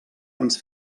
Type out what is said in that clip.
ens